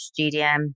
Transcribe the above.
GDM